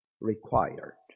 required